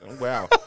Wow